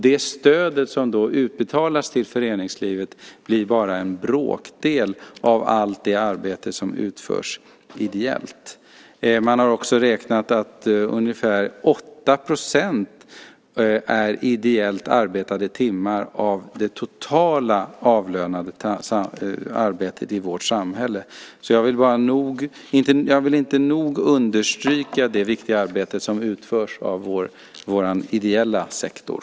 Det stöd som utbetalas till föreningslivet blir då bara en bråkdel med hänsyn till allt det arbete som utförs ideellt. Man har också räknat ut att ungefär 8 % är ideellt arbetade timmar av det totala avlönade arbetet i vårt samhälle, så jag kan inte nog understryka det viktiga arbete som utförs av vår ideella sektor.